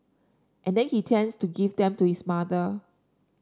and then he tends to give them to his mother